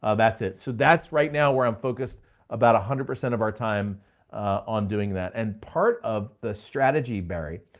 ah that's it. so that's right now where i'm focused about one hundred percent of our time on doing that. and part of the strategy, barry,